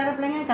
mmhmm